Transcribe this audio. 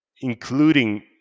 including